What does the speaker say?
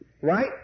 Right